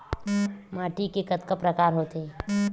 माटी के कतका प्रकार होथे?